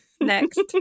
next